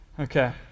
Okay